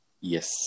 Yes